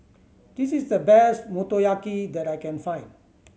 this is the best Motoyaki that I can find